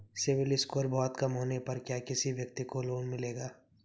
CIBIL score बहुत कम होने पर क्या किसी व्यक्ति को लोंन मिलेगा?